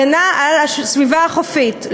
הגנה על הסביבה החופית,